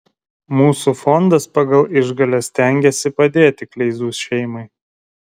mūsų fondas pagal išgales stengiasi padėti kleizų šeimai